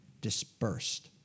dispersed